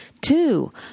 Two